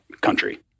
country